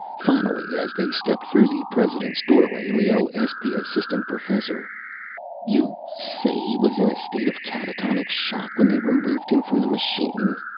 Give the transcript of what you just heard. finally, as they stepped through the president's doorway, leoh asked the assistant professor you say he was in a state of catatonic shock when they removed him from the machine?